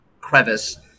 crevice